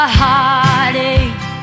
heartache